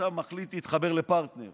שעכשיו מחליט להתחבר לפרטנר